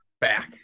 Back